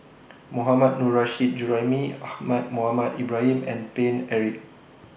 Mohammad Nurrasyid Juraimi Ahmad Mohamed Ibrahim and Paine Eric